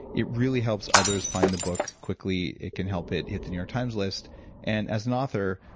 it really helps others find the book quickly, it can help it hit the new york times list and as an author,